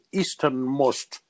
easternmost